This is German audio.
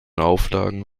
auflagen